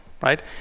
right